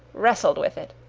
wrestled with it.